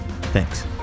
Thanks